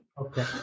okay